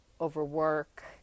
overwork